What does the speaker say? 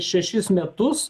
šešis metus